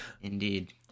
Indeed